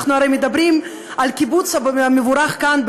אנחנו הרי מדברים על קיבוץ גלויות מבורך כאן,